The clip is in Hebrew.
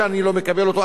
שאני לא מקבל אותו,